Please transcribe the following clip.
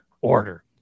order